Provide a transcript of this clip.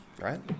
right